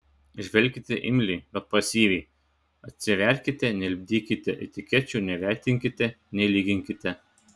žvelkite imliai bet pasyviai atsiverkite nelipdykite etikečių nevertinkite nelyginkite